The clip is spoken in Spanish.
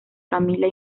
camila